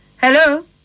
Hello